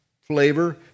flavor